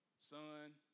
son